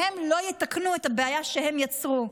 והם לא יתקנו את הבעיה שהם יצרו.